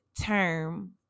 term